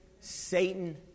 Satan